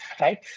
right